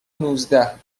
نوزده